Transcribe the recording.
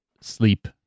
sleep